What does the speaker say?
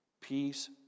Peace